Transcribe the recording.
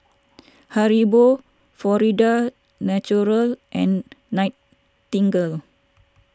Haribo Florida's Natural and Nightingale